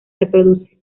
reproduce